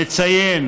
נציין